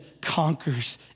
conquers